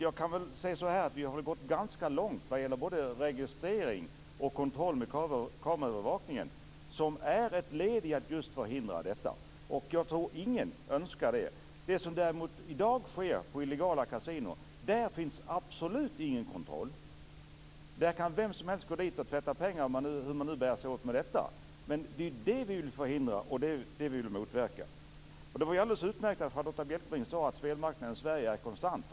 Jag kan säga så här, vi har gått ganska långt vad gäller både registrering och kontroll med kameraövervakning, som är ett led i att just förhindra det oönskade. Jag tror ingen vill ha det. Däremot finns det absolut ingen kontroll av det som i dag sker på illegala kasinon. Dit kan vem som helst gå för att tvätta pengar, hur man nu bär sig åt med detta. Det är det vi vill förhindra och motverka. Det var alldeles utmärkt att Charlotta Bjälkebring sade att spelmarknaden i Sverige är konstant.